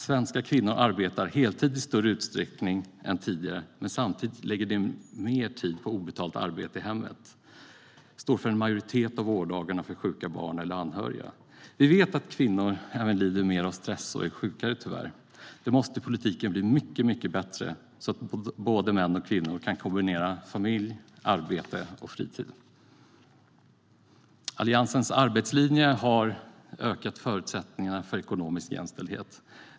Svenska kvinnor arbetar heltid i större utsträckning än tidigare, men samtidigt lägger de mer tid på obetalt arbete i hemmet och står för en majoritet av vårddagarna för sjuka barn eller anhöriga. Vi vet tyvärr att kvinnor även lider mer av stress och är sjukare. Där måste politiken bli mycket bättre så att både män och kvinnor kan kombinera familj, arbete och fritid. Alliansens arbetslinje har ökat förutsättningarna för ekonomisk jämställdhet.